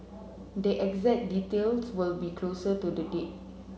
the exact details will be closer to the date